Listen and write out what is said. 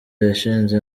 yashinze